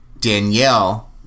Danielle